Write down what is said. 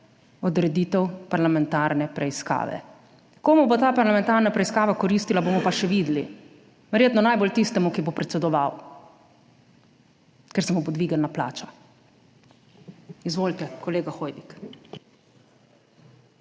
odreditev parlamentarne preiskave. Komu bo ta parlamentarna preiskava koristila, bomo pa še videli. Verjetno najbolj tistemu, ki ji bo predsedoval, ker se mu bo dvignila plača. Izvolite, kolega Hoivik.